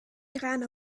iran